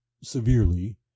severely